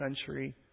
century